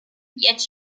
yet